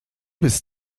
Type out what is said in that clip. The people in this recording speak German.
bis